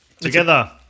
Together